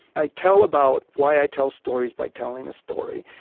i tell about why i tell stories by telling a story.